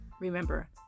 Remember